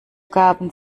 gaben